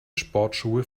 sportschuhe